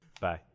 Bye